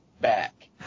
back